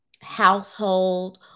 household